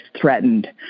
threatened